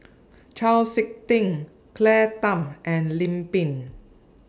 Chau Sik Ting Claire Tham and Lim Pin